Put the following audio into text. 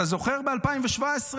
אתה זוכר ב-2017,